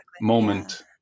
moment